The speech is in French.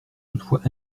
toutefois